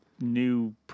new